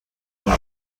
ngo